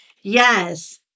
Yes